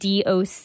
DOC